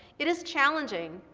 it is challenging.